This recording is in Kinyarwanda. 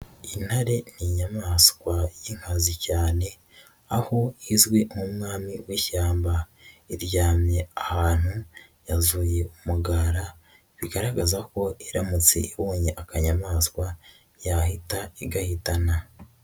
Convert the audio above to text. Intare ni inyamaswa y'inkazi cyane aho izwi nk'umwami w'ishyamba, iryamye ahantu yazuye umugara bigaragaza ko iramutse ibonye akanyamaswa yahita igahitana.